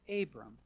Abram